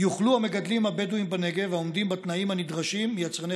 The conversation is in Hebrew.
יוכלו המגדלים הבדואים בנגב העומדים בתנאים הנדרשים מיצרני